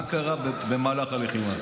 מה קרה במהלך הלחימה.